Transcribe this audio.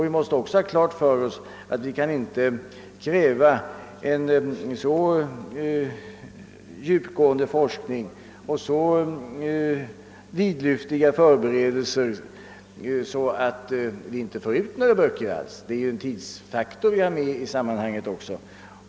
Vi måste också ha klart för oss att vi inte kan kräva en så djupgående forskning och så vidlyftiga förberedelser att det inte ges ut några böcker alls; det finns ju en tidsfaktor med i sammanhanget också.